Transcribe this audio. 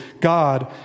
God